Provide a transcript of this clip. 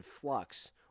flux